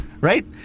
Right